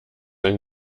ein